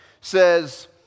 says